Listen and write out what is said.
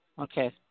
Okay